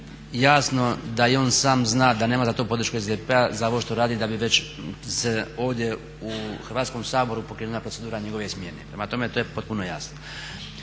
jasno da i on sam zna da nema za to podršku SDP-a za ovo što radi da bi se već ovdje u Hrvatskom saboru pokrenula procedura njegove smjene, prema tome to je potpuno jasno.